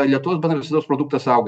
lietuvos bendras vidaus produktas auga